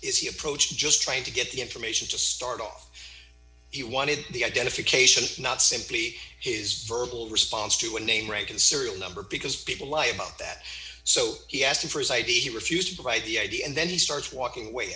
as he approached just trying to get the information to start off he wanted the identification not simply his verbal response to a name rank and serial number because people lie about that so he asked him for his id he refused to provide the id and then he starts walking away